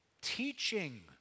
teaching